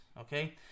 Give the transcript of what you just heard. Okay